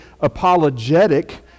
apologetic